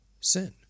sin